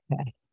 Okay